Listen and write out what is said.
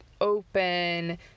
open